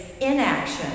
inaction